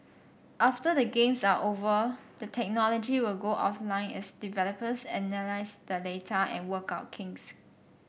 after the Games are over the technology will go offline as developers analyse the data and work out kinks